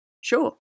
Sure